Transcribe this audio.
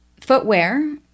footwear